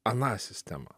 aną sistemą